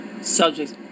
subjects